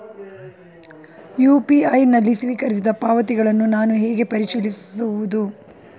UPI ನಲ್ಲಿ ಸ್ವೀಕರಿಸಿದ ಪಾವತಿಗಳನ್ನು ನಾನು ಹೇಗೆ ಪರಿಶೀಲಿಸುವುದು?